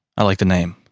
i like the name.